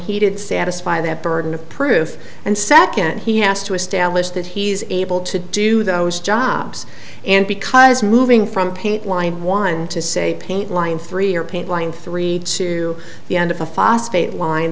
did satisfy that burden of proof and second he has to establish that he's able to do those jobs and because moving from paint line one to say paint line three or paint line three to the end of a phosphate line